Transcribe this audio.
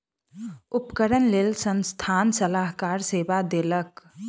उपकरणक लेल संस्थान सलाहकार सेवा देलक